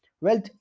Wealth